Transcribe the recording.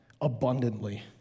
abundantly